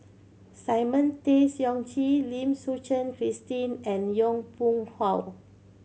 Simon Tay Seong Chee Lim Suchen Christine and Yong Pung How